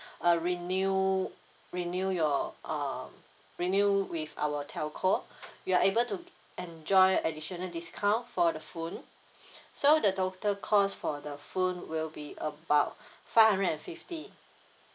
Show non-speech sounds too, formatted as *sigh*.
err renew renew your uh renew with our telco *breath* you are able to enjoy additional discount for the phone *breath* so the total cost for the phone will be about *breath* five hundred and fifty